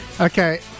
Okay